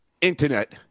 internet